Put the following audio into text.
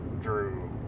drew